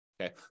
Okay